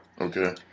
okay